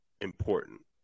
important